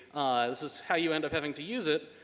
this is how you end up having to use it.